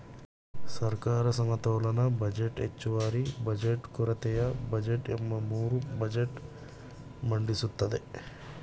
ಸರ್ಕಾರ ಸಮತೋಲನ ಬಜೆಟ್, ಹೆಚ್ಚುವರಿ ಬಜೆಟ್, ಕೊರತೆಯ ಬಜೆಟ್ ಎಂಬ ಮೂರು ಬಜೆಟ್ ಮಂಡಿಸುತ್ತದೆ